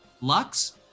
Lux